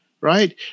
right